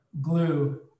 glue